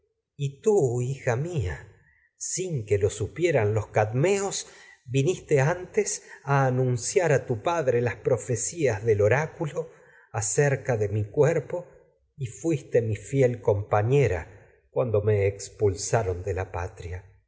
penoso placer hija proporcionar sin que lo a algún alimento los padre y tú viniste mia supieran cadmeos antes a anunciar mi tu padre las profecías del oráculo fuiste mi acerca de cuerpo y fiel compañera cuando me expulsaron vienes a de la a patria